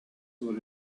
were